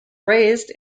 raised